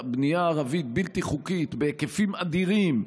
הערבית הבלתי-חוקית הן בהיקפים אדירים,